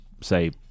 say